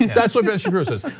that's what ben shapiro says.